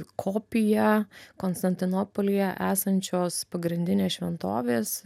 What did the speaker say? kopiją konstantinopolyje esančios pagrindinės šventovės